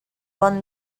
bon